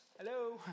hello